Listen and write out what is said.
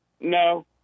no